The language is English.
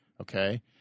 Okay